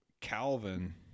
Calvin